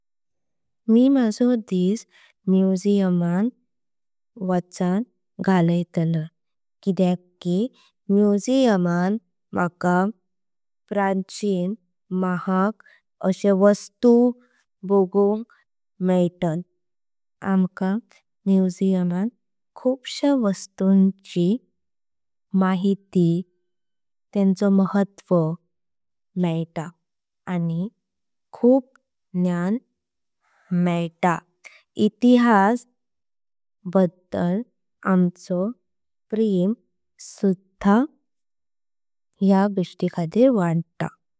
मी माझो दिस म्युझियम मण वाचन घाल्यतालय किदे। कि म्युझियम मण मका प्राचिन महाग अशे वस्तु। बगूंक मेळतात आमका म्युझियम मण खूब श्य। वस्तूंची माहिती मेळता आणि खूब ज्ञान मेळता। इतिहासां बद्दल आमचो प्रेम सुधा वाढ्या।